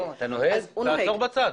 תעצור בצד.